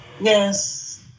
Yes